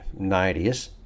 90s